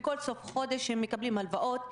בכל סוף חודש הם מקבלים הלוואות.